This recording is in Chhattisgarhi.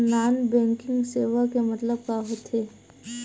नॉन बैंकिंग सेवा के मतलब का होथे?